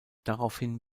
daraufhin